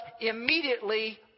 immediately